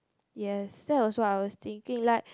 yes that was what I was thinking like